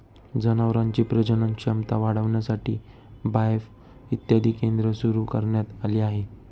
जनावरांची प्रजनन क्षमता वाढविण्यासाठी बाएफ इत्यादी केंद्रे सुरू करण्यात आली आहेत